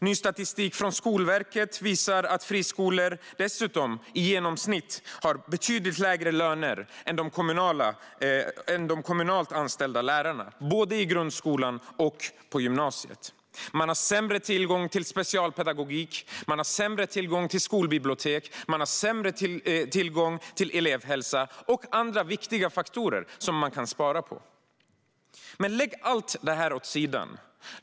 Ny statistik från Skolverket visar att lärare på friskolor dessutom i genomsnitt har betydligt lägre löner än de kommunalt anställda lärarna, både i grundskolan och på gymnasiet. Man har sämre tillgång till specialpedagogik, skolbibliotek, elevhälsa och andra viktiga funktioner som det kan sparas på. Men lägg allt detta åt sidan.